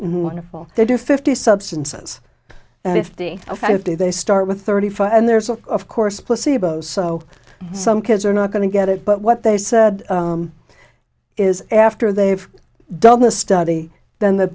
and wonderful they do fifty substances and if the fifty they start with thirty five and there's a of course placebo so some kids are not going to get it but what they said is after they've done the study then the